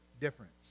difference